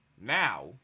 Now